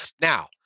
now